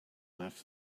left